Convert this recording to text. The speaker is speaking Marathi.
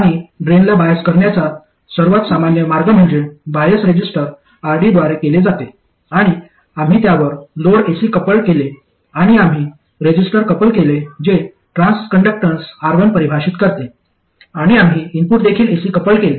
आणि ड्रेनला बायस करण्याचा सर्वात सामान्य मार्ग म्हणजे बायस रेझिस्टर RD द्वारे केले जातो आणि आम्ही त्यावर लोड एसी कपल्ड केले आणि आम्ही रेझिस्टर कपल केले जे ट्रान्सकंडक्टन्स R1 परिभाषित करते आणि आम्ही इनपुट देखील एसी कपल्ड केले